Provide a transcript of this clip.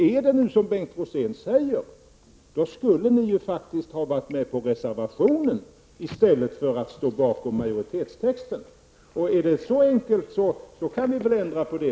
Om det nu är som Bengt Rosén säger skulle ni faktiskt ha varit med på reservationen i stället för att stå bakom majoritetstexten. Om det är så enkelt kan ni väl fortfarande ändra på det.